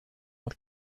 with